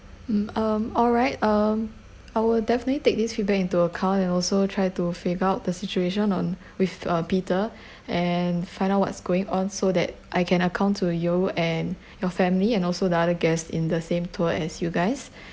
mm um alright um I will definitely take this feedback into account and also try to figure out the situation um with uh peter and find out what's going on so that I can account to you and your family and also the other guests in the same tour as you guys